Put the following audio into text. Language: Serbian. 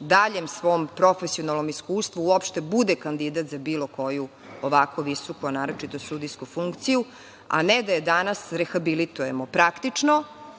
daljem svom profesionalnom iskustvu, uopšte bude kandidat za bilo koju ovako visoku, a naročito sudijsku funkciju, a ne da je danas rehabilitujemo praktično. Šlag